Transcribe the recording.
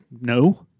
no